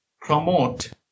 promote